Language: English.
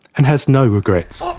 and has no regrets.